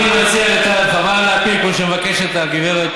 אני מציע לטלב, תעביר את